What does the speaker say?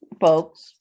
folks